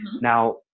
now